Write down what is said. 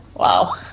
Wow